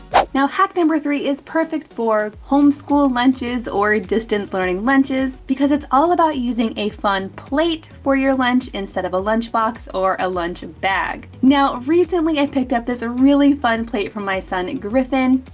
now hack number three is perfect for, homeschool lunches, or distance learning lunches, because it's all about using a fun plate, for your lunch, instead of a lunchbox or a lunch bag. now, recently i picked up this really fun plate for my son and griffin.